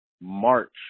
march